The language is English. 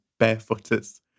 barefooters